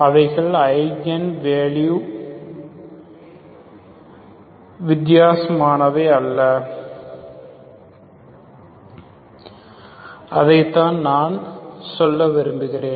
அவைகள் eigen value வித்தியாசமானவை அல்ல அதைத்தான் நான் சொல்ல விரும்புகிறேன்